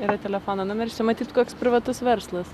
yra telefono numeris čia matyt koks privatus verslas